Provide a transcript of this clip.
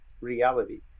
reality